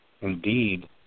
indeed